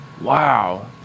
wow